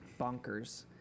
bonkers